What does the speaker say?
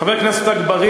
חוק, זה לא חוק גזעני?